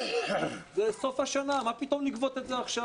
זה סוף השנה, מה פתאום לגבות את זה עכשיו?